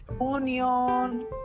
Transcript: onion